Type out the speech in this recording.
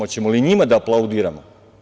Hoćemo li i njima da aplaudiramo?